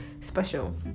special